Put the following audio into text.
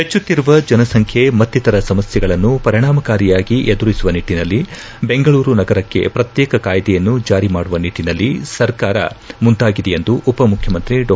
ಹೆಚ್ಚುತ್ತಿರುವ ಜನಸಂಖ್ಯೆ ಮತ್ತಿತರ ಸಮಸ್ಯೆಗಳನ್ನು ಪರಿಣಾಮಕಾರಿಯಾಗಿ ಎದುರಿಸುವ ನಿಟ್ಟಿನಲ್ಲಿ ಬೆಂಗಳೂರು ನಗರಕ್ಕೆ ಪ್ರತ್ಯೇಕ ಕಾಯ್ಲೆಯನ್ನು ಜಾರಿ ಮಾಡುವ ನಿಟ್ಟಿನಲ್ಲಿ ಸರ್ಕಾರ ಮುಂದಾಗಿದೆ ಎಂದು ಉಪಮುಖ್ಯಮಂತ್ರಿ ಡಾ